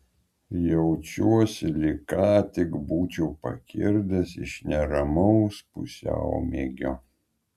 jaučiuosi lyg ką tik būčiau pakirdęs iš neramaus pusiaumiegio